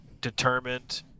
determined